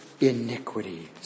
iniquities